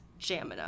jamina